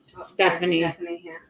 Stephanie